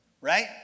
Right